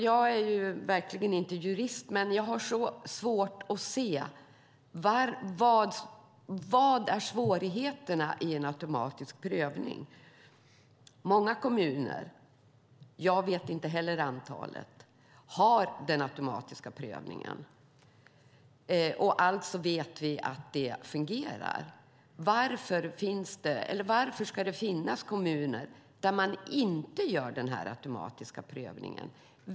Jag är verkligen inte jurist, men jag har svårt att se vilka svårigheterna är i en automatisk prövning. Många kommuner - jag känner inte heller till antalet - har den automatiska prövningen. Alltså vet vi att den fungerar. Varför ska det finnas kommuner där man inte gör den automatiska prövningen?